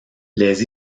les